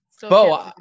Bo